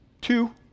Two